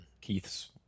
Keith's